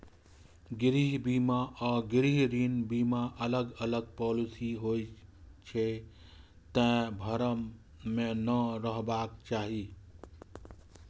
गृह बीमा आ गृह ऋण बीमा अलग अलग पॉलिसी होइ छै, तें भ्रम मे नै रहबाक चाही